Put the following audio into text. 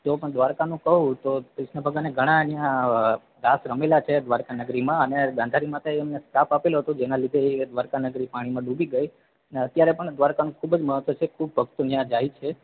તો પણ દ્વારકાનું કહું તો કૃષ્ણ ભગવાને ઘણા ત્યાં રાસ રમેલા છે દ્વારકા નગરીમાં અને ગાંધારી માતાએ એમને શ્રાપ આપેલો હતો કે જેના લીધે દ્વારકા નગરી પાણીમાં ડૂબી ગઈ અને અત્યારે પણ દ્વારકાનું ખૂબ જ મહત્ત્વ છે ખૂબ ભક્તો ત્યાં જાય છે